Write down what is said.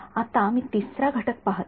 आता मी तिसरा घटक पहात आहे